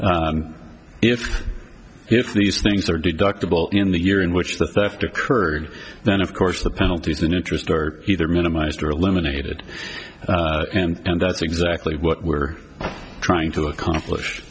here if if these things are deductible in the year in which the theft occurred then of course the penalties in interest are either minimized or eliminated and that's exactly what we're trying to accomplish